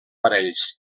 parells